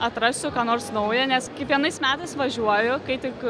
atrasiu ką nors naują nes kiekvienais metais važiuoju kai tik